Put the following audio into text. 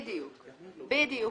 בדיוק כך.